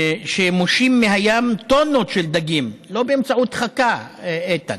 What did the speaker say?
המושים מהים טונות של דגים, לא באמצעות חכה, איתן,